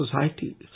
society